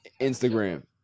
Instagram